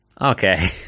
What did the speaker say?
okay